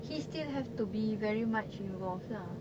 he still have to be very much involved lah